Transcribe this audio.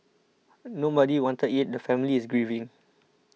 nobody wanted it the family is grieving